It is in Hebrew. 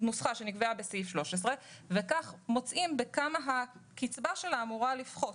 הנוסחה שנקבעה בסעיף 13 וכך מוצאים בכמה הקצבה שלה אמורה לפחות.